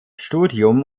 studium